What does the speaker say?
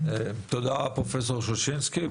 תודה לפרופסור ששינסקי.